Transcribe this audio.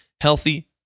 healthy